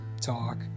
talk